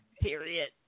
Period